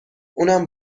اونم